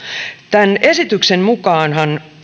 tämän esityksen mukaanhan